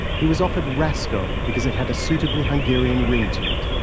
he was offered rasko because it had a suitably hungarian ring to it.